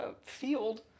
field